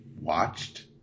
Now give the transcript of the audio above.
watched